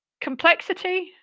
complexity